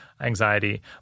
anxiety